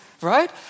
Right